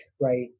right